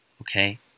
okay